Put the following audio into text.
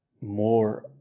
more